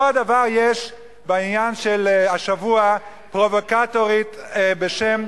אותו הדבר יש השבוע בעניין של פרובוקטורית בשם,